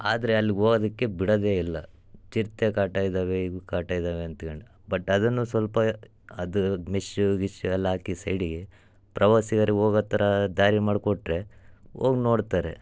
ಆದರೆ ಅಲ್ಲಿ ಹೋಗೋದಕ್ಕೆ ಬಿಡೋದೇ ಇಲ್ಲ ಚಿರತೆ ಕಾಟ ಇದ್ದಾವೆ ಇವು ಕಾಟ ಇದ್ದಾವೆ ಅಂತ್ಕಂಡು ಬಟ್ ಅದನ್ನೂ ಸ್ವಲ್ಪ ಅದು ಮೆಶ್ಶೂ ಗಿಶ್ಶು ಎಲ್ಲ ಹಾಕಿ ಸೈಡಿಗೆ ಪ್ರವಾಸಿಗರಿಗೆ ಹೋಗಾ ಥರ ದಾರಿ ಮಾಡಿಕೊಟ್ರೆ ಹೋಗ್ ನೋಡ್ತಾರೆ